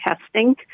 testing